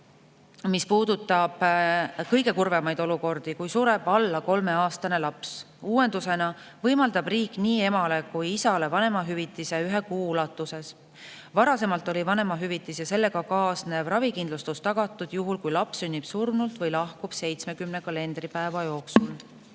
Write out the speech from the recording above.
mis puudutab kõige kurvemat olukorda: kui sureb alla kolmeaastane laps. Uuendusena võimaldab riik nii emale kui ka isale vanemahüvitise ühe kuu ulatuses. Varasemalt oli vanemahüvitis ja sellega kaasnev ravikindlustus tagatud juhul, kui laps sünnib surnult või lahkub 70 kalendripäeva jooksul.